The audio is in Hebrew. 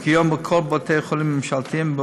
וכיום בכל בתי החולים הממשלתיים,